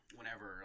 Whenever